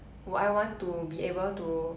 will I want to be able to